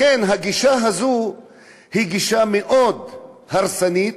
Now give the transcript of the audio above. לכן הגישה הזאת היא גישה מאוד הרסנית,